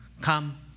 come